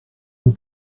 vous